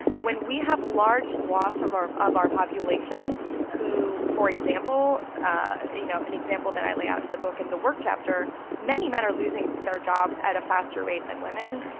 when we have large swaths of our of our population who, for example ah you know, an example that i lay out in the book in the work chapter many men are losing their jobs at a faster rate than women.